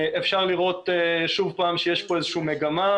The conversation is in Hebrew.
אפשר לראות שוב פעם שיש פה איזושהי מגמה.